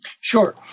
Sure